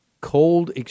cold